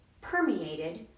permeated